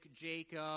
Jacob